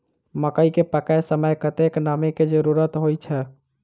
मकई केँ पकै समय मे कतेक नमी केँ जरूरत होइ छै?